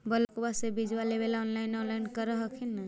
ब्लोक्बा से बिजबा लेबेले ऑनलाइन ऑनलाईन कर हखिन न?